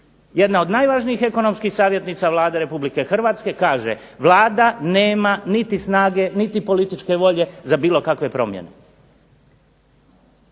jedna od najvažnijih ekonomskih savjetnica Vlade Republike Hrvatske kaže Vlada nema niti snage niti političke volje za bilo kakve promjene.